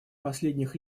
последних